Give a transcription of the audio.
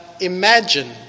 imagine